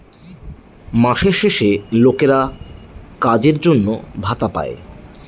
মাসের শেষে লোকেরা কাজের জন্য ভাতা পাই